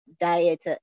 diet